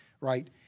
Right